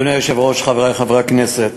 אדוני היושב-ראש, חברי חברי הכנסת,